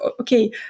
okay